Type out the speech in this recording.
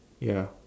ya